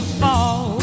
fall